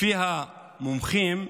לפי המומחים,